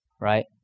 right